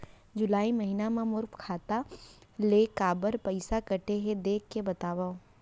जुलाई महीना मा मोर खाता ले काबर पइसा कटे हे, देख के बतावव?